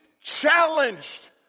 challenged